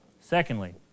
Secondly